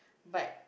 but